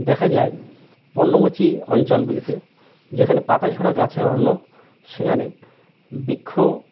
দেখা যায় পর্ণমোচী অঞ্চলগুলিতে যেখানে পাতাঝরা গাছের অরণ্য সেখানে বৃক্ষ